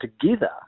together